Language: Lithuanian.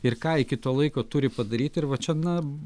ir ką iki to laiko turi padaryti ir va čia na